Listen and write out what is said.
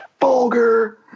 vulgar